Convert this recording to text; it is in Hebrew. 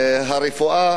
הרפואה הציבורית,